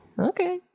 Okay